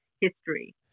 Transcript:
history